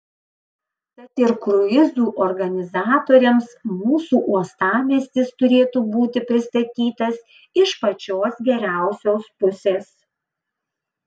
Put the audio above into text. tad ir kruizų organizatoriams mūsų uostamiestis turėtų būti pristatytas iš pačios geriausios pusės